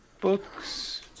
Books